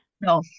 no